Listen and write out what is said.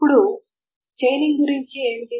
ఇప్పుడు చైనింగ్ గురించి ఏమిటి